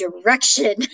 direction